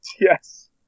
Yes